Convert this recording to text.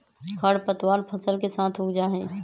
खर पतवार फसल के साथ उग जा हई